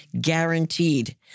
guaranteed